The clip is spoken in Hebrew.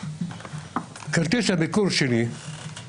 כרטיס הביקור שלי הוא: